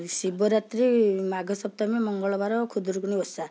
ଶିବରାତ୍ରୀ ମାଘ ସପ୍ତମୀ ମଙ୍ଗଳବାର ଖୁଦୁରୁକୁଣୀ ଓଷା